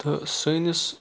تہٕ سٲنِس